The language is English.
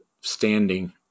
standing